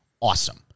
awesome